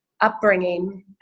upbringing